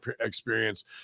experience